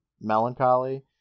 melancholy